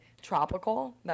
tropical